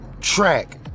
track